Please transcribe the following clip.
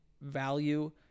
value